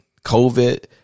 COVID